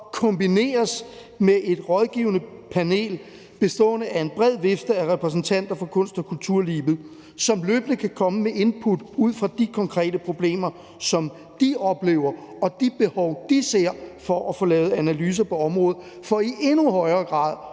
kombineres med et rådgivende panel bestående af en bred vifte af repræsentanter for kunst- og kulturlivet, som løbende kan komme med input ud fra de konkrete problemer, som de oplever, og de behov, de ser for at få lavet analyser på området for i endnu højere grad